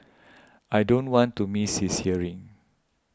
I don't want to miss his hearing